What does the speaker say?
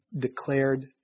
declared